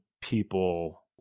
people